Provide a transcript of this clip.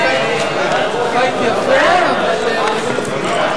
חוק חובת גילוי לגבי מי שנתמך על-ידי ישות מדינית זרה,